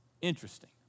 Interesting